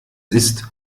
ist